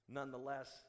Nonetheless